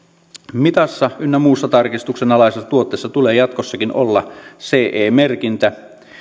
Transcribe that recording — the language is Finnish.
mitassa ynnä muussa tarkistuksenalaisessa tuotteessa tulee jatkossakin olla ce merkintä